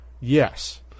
yes